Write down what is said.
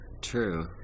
True